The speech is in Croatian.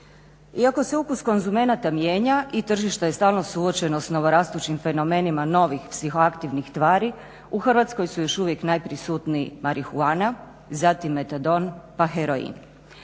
Iako se ukus konzumenata mijenja i tržište je stalno suočeno s novorastućim fenomenima novih psihoaktivnih tvari, u Hrvatskoj su još uvijek najprisutniji marihuana, zatim metadon pa heroin.